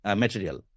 material